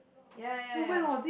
ya ya ya